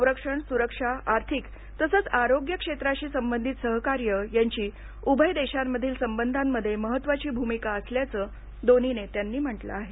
संरक्षण सुरक्षा आर्थिक तसंच आरोग्य क्षेत्राशी संबंधित सहकार्य यांची उभय देशांमधील संबंधांमध्ये महत्वाची भूमिका असल्याचं दोन्ही नेत्यांनी म्हंटलं आहे